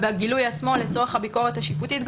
עצמו לצורך הביקורת השיפוטית.